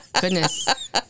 goodness